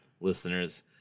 listeners